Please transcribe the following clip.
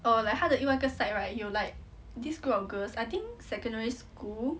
orh like 他的另外一个 side right 有 like this group of girls I think secondary school